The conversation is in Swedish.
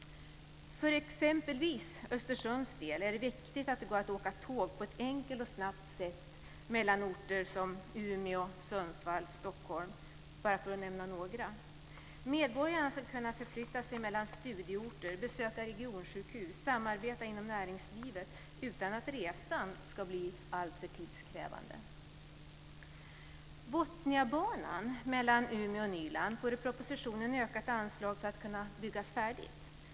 För exempelvis Östersunds del är det viktigt att det går att åka tåg på ett enkelt och snabbt sätt mellan orter som Umeå, Sundsvall och Stockholm - för att nämna några. Medborgarna ska kunna förflytta sig mellan studieorter, besöka regionsjukhus och samarbeta inom näringslivet utan att resan ska bli alltför tidskrävande.